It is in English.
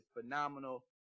phenomenal